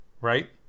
right